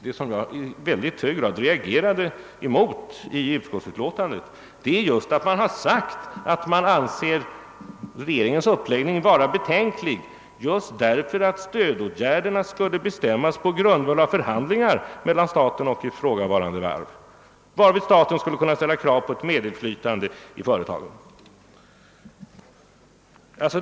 Det jag reagerade mot i utskottsutlåtandet var nämligen just detta att man funnit regeringens uppläggning betänklig därför att stödåtgärderna skulle bestämmas på grundval av förhandlingar mellan staten och ifrågavarande varv, varvid staten skulle kunna ställa krav på medinflytande i varven.